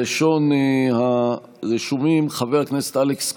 ראשון הרשומים, חבר הכנסת אלכס קושניר,